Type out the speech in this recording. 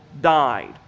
died